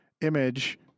image